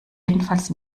jedenfalls